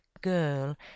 girl